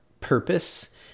purpose